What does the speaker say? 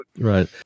Right